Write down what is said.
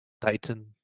Titan